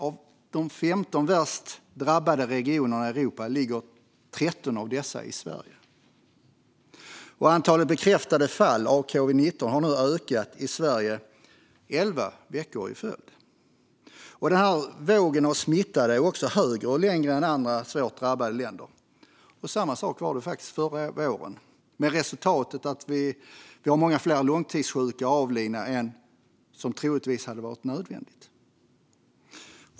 Av de 15 värst drabbade regionerna i Europa ligger 13 i Sverige. Antalet bekräftade fall av covid-19 har ökat i Sverige under elva veckor i följd, och den här vågen av smitta är högre och längre än i andra svårt drabbade länder. Samma sak var det faktiskt förra våren, med resultatet att det blev många fler långtidssjuka och avlidna än vad som troligtvis hade varit nödvändigt.